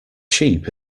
sheep